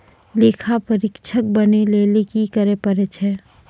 लेखा परीक्षक बनै लेली कि करै पड़ै छै?